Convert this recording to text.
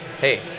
hey